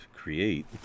create